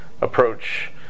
approach